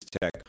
Tech